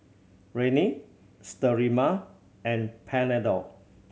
Rene Sterimar and Panadol